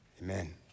Amen